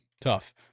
tough